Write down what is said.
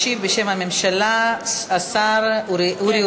ישיב בשם הממשלה השר אורי